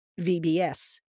VBS